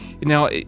Now